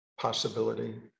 possibility